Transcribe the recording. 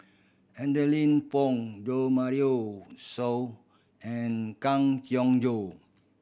Adeline Foo Jo Marion So and Kang Siong Joo